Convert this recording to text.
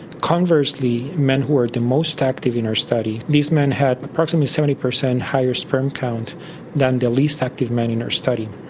conversely, men who are the most active in our study, study, these men had approximately seventy percent higher sperm count than the least active men in our study.